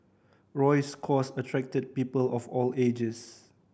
Roy's cause attracted people of all ages